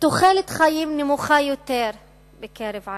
תוחלת חיים נמוכה יותר בקרב ערבים,